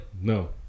No